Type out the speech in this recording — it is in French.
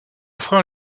frère